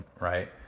right